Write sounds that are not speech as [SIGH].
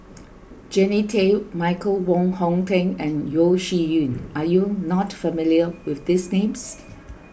[NOISE] Jannie Tay Michael Wong Hong Teng and Yeo Shih Yun are you not familiar with these names